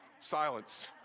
silence